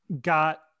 got